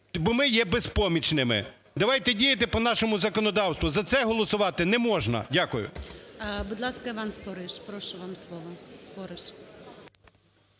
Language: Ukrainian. бо ми є безпомічними. Давайте діяти по нашому законодавству. За це голосувати не можна. Дякую. ГОЛОВУЮЧИЙ. Будь ласка, Іван Спориш. Прошу, вам слово. Спориш.